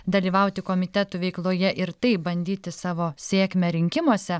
dalyvauti komitetų veikloje ir taip bandyti savo sėkmę rinkimuose